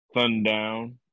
sundown